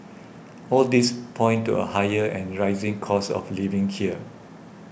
all these point to a higher and rising cost of living here